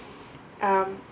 um